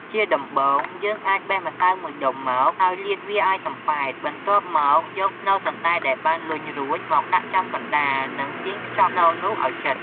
ជាដំបូង យើងអាចបេះម្សៅមួយដុំមក ហើយលាតវាឱ្យសំប៉ែត បន្ទាប់មកយកស្នូលសណ្ដែកដែលបានលញ់រួចមកដាក់ចំកណ្ដាល និងទាញខ្ចប់ស្នូលនោះឲ្យជិត។